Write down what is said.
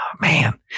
man